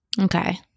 Okay